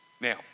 Now